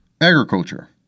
agriculture